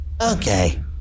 Okay